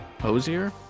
Hosier